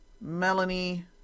Melanie